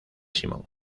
simón